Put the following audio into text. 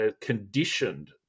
conditioned